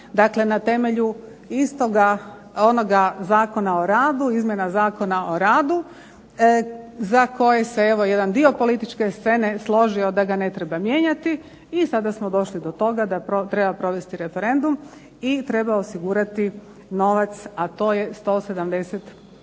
Zakona o radu, izmjena Zakona o radu za koje se evo jedan dio političke scene složio da ga ne treba mijenjati i sada smo došli do toga da treba provesti referendum i treba osigurati novac a to je 170